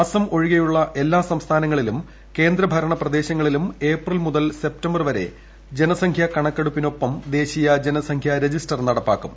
അസം ഒഴികെയുള്ള എല്ലാ സംസ്ഥാനങ്ങളിലും കേന്ദ്രഭരണ പ്രദേശങ്ങളിലും ഏപ്രിൽ മുതൽ സെപ്റ്റംബർ വരെ ജനസംഖ്യാ കണക്കെടുപ്പിനൊപ്പം ദേശീയ ജനസംഖ്യ രജിസ്റ്റർ നടപ്പാക്കും